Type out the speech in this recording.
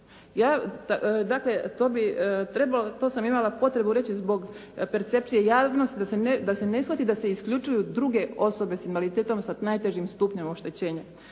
to sam imala potrebu reći zbog percepcije javnosti da se ne shvati da se isključuju druge osobe sa invaliditetom sa najtežim stupnjem oštećenja.